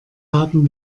haben